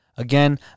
Again